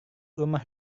rumah